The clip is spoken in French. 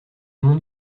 monde